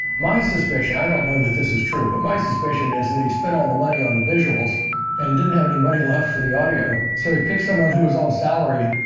my suspicion, and i don't know that this is true, but my suspicion is that he spent all the money on the visuals and didn't have any money left for the audio, so he picked someone who was on salary,